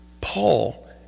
Paul